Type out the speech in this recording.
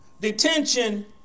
Detention